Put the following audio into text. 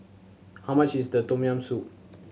how much is the Tom Yam Soup